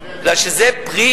כי זה פרי